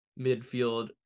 midfield